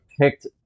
picked